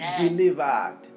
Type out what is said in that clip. delivered